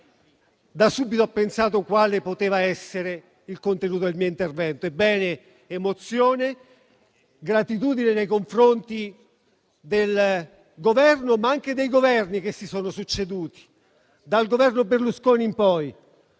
da subito ho pensato al contenuto del mio intervento: emozione e gratitudine nei confronti del Governo, ma anche dei Governi che si sono succeduti, da quello Berlusconi in poi,